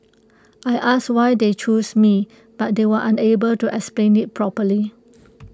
I asked why they chose me but they were unable to explain IT properly